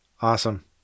Awesome